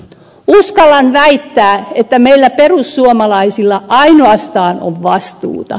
uskallan väittää että meillä perussuomalaisilla ainoastaan on vastuuta